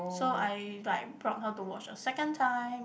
so I like brought her to watch a second time